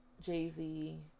Jay-Z